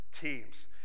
teams